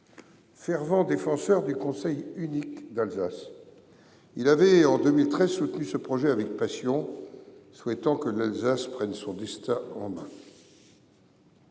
Fervent défenseur du conseil unique d’Alsace, il avait soutenu ce projet avec passion en 2013, souhaitant que l’Alsace « prenne son destin en main